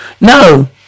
No